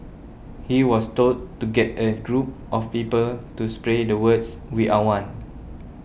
he was told to get a group of people to spray the words We are one